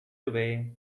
away